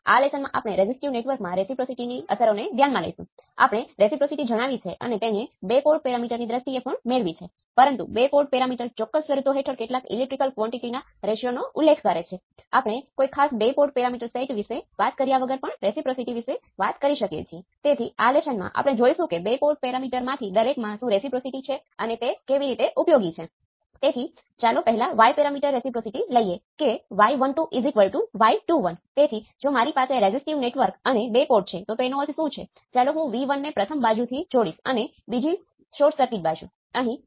આ પાઠમાં આપણે ઓપ એમ્પ સર્કિટ નું વ્યવસ્થિત વિશ્લેષણ કેવી રીતે કરવું તેને જોઈએ છીએ